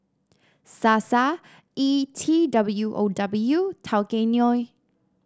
Sasa E T W O W Tao Kae Noi